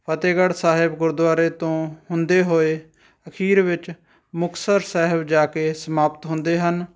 ਫਤਿਹਗੜ੍ਹ ਸਾਹਿਬ ਗੁਰਦੁਆਰੇ ਤੋਂ ਹੁੰਦੇ ਹੋਏ ਅਖੀਰ ਵਿੱਚ ਮੁਕਤਸਰ ਸਾਹਿਬ ਜਾ ਕੇ ਸਮਾਪਤ ਹੁੰਦੇ ਹਨ